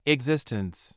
Existence